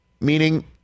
meaning